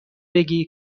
بگو